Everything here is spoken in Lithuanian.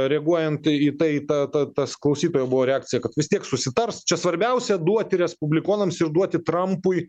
reaguojant į tai į tą tą tas klausytojo buvo reakcija kad vis tiek susitars čia svarbiausia duoti respublikonams ir duoti trampui